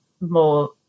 more